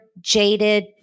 jaded